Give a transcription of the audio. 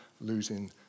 losing